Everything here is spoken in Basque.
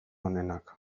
onenak